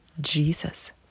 Jesus